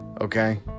okay